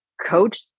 Coach